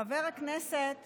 חבר הכנסת